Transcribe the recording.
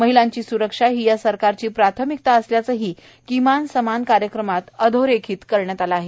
महिलांची स्रक्षा हि या सरकारची प्राथमिकता असल्यााचंही किमान समान कार्यक्रमात अधोरेखीत करण्यात आलं आहे